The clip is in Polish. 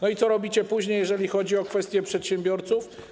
I co robicie później, jeżeli chodzi o kwestie przedsiębiorców?